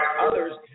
Others